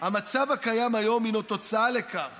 המצב הקיים כיום הוא תוצאה מכך